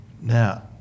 Now